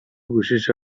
گوشیشو